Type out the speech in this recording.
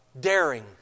daring